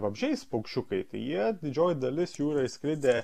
vabzdžiais paukščiukai jie didžioji dalis jų yra išskridę